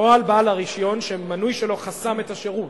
או על בעל הרשיון שמנוי שלו חסם את השירות.